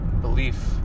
belief